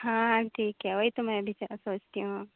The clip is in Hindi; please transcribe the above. हाँ ठीक है वही तो मैं भी सोचती हूँ